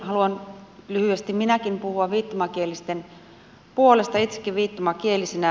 haluan lyhyesti minäkin puhua viittomakielisten puolesta itsekin viittomakielisenä